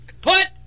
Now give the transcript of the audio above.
Put